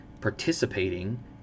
participating